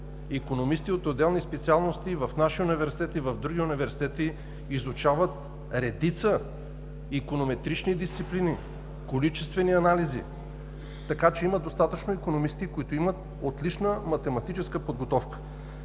икономисти от отделни специалности в нашия университет и в други университети изучават редица иконометрични дисциплини, количествени анализи, така че има достатъчно икономисти с отлична математическа подготовка.